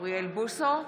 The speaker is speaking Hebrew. אוריאל בוסו,